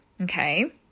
okay